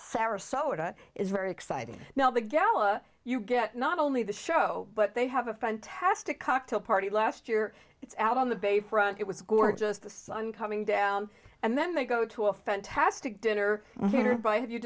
sarasota is very exciting now the gala you get not only the show but they have a fantastic cocktail party last year it's out on the bay front it was gorgeous the sun coming down and then they go to a fantastic dinner theater have you